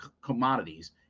commodities